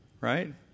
Right